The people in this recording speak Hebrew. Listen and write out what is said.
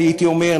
הייתי אומר,